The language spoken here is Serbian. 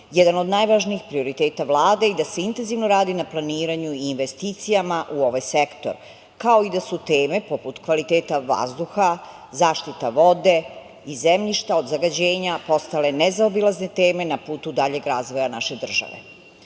jedan od najvažnijih prioriteta Vlade i da se intenzivno radi na planiranju i investicijama u ovaj sektor, kao i da su teme poput kvaliteta vazduha, zaštite vode i zemljišta od zagađenja postale nezaobilazne teme na putu daljeg razvoja naše države.U